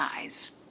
eyes